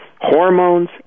hormones